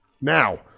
Now